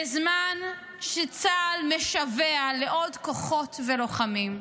בזמן שצה"ל משווע לעוד כוחות ולוחמים.